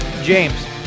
James